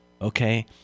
Okay